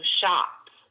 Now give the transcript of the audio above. shops